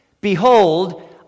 Behold